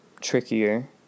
trickier